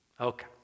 Okay